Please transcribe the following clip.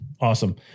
Awesome